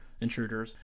Intruders